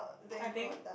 I think